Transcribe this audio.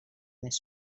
més